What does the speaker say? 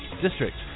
district